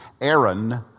Aaron